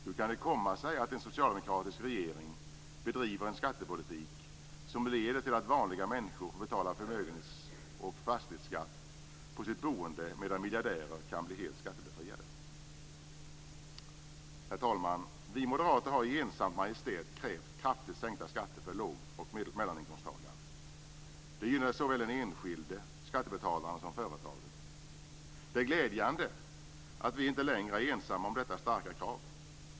Hur kan det komma sig att en socialdemokratisk regering bedriver en skattepolitik som leder till att vanliga människor får betala förmögenhets och fastighetsskatt på sitt boende medan miljardärer kan bli helt skattebefriade? Herr talman! Vi moderater har i ensamt majestät krävt kraftigt sänkta skatter för låg och medelinkomsttagare. Det gynnar såväl den enskilde skattebetalaren som företagen. Det är glädjande att vi inte längre är ensamma om detta starka krav.